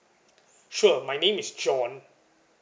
sure my name is john